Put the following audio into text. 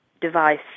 device